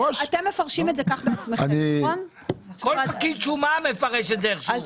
כל פקיד שומה מפרש את זה איך שהוא רוצה.